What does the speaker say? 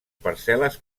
parcel·les